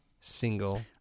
single